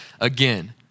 again